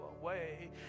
away